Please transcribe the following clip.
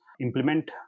implement